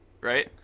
right